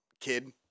kid